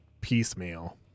piecemeal